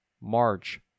march